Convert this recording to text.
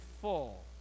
full